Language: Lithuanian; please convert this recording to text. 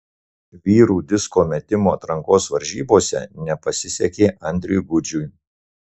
vyrų disko metimo atrankos varžybose nepasisekė andriui gudžiui